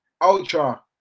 ultra